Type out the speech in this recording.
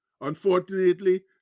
Unfortunately